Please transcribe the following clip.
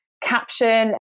caption